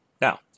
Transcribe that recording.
Now